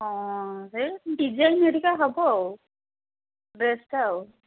ହଁ ହେଇ ଡିଜାଇନ୍ ହେରିକା ହେବ ଆଉ ଡ୍ରେସ୍ଟା ଆଉ